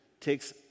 Takes